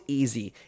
easy